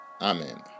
Amen